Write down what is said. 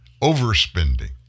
overspending